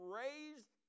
raised